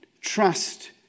trust